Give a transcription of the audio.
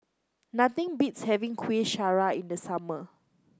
nothing beats having Kueh Syara in the summer